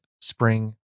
spring